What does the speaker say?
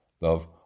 Love